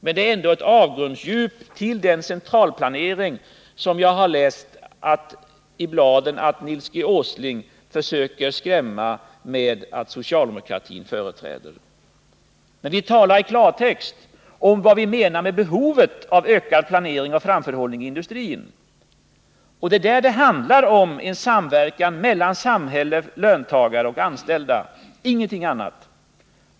Men det är ett avgrundsdjup till den centralplanering som jag läst i bladen att Nils G. Åsling beskriver vår politik och försöker skrämma med. Vi talar i klartext om vad vi menar med behovet av ökad planering och framförhållning i industrin. Det handlar om en samverkan mellan samhälle, löntagare och anställda. Ingenting annat!